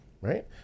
right